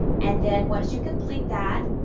and then once you complete that,